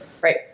Right